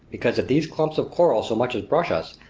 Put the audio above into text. because if these clumps of coral so much as brush us,